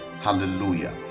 Hallelujah